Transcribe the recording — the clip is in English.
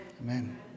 Amen